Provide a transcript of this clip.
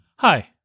Hi